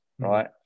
Right